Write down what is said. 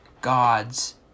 gods